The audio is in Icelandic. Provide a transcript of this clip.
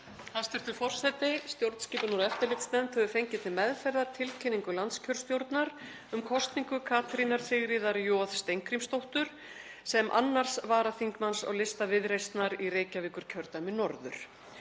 Hæstv. forseti. Stjórnskipunar- og eftirlitsnefnd hefur fengið til meðferðar tilkynningu landskjörstjórnar um kosningu Katrínar Sigríðar J. Steingrímsdóttur sem 2. varaþingmanns á lista Viðreisnar í Reykjavíkurkjördæmi norður.